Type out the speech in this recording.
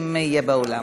אם יהיה באולם.